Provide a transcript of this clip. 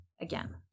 again